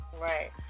Right